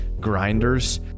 grinders